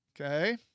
Okay